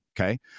Okay